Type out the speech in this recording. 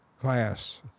class